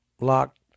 locked